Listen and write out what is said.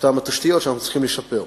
אותן התשתיות שאנחנו צריכים לשפר.